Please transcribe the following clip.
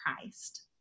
Christ